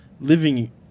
living